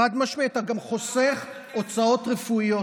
חד-משמעית, אתה גם חוסך הוצאות רפואיות.